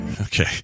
okay